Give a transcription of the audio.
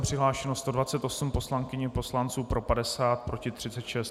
Přihlášeno 128 poslankyň a poslanců, pro 50, proti 36.